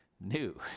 new